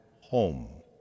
home